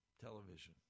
television